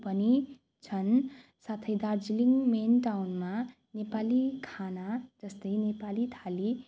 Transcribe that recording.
पनि छन् साथै दार्जिलिङ मेन टाउनमा नेपाली खाना जस्तै नेपाली थाली